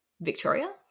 Victoria